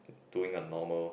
doing a normal